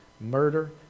murder